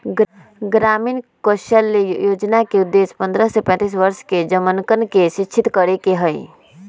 ग्रामीण कौशल्या योजना के उद्देश्य पन्द्रह से पैंतीस वर्ष के जमनकन के शिक्षित करे के हई